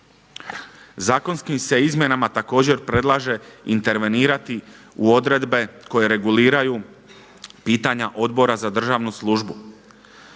Zakonskim se izmjenama također predlaže intervenirati u odredbe koje reguliraju pitanja Odbora za državnu službu.